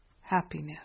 happiness